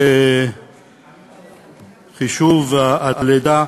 תיחשב לידה